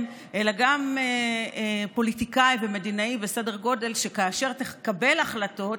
אלא גם פוליטיקאי ומדינאי בסדר גודל שכאשר תקבל החלטות,